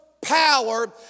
power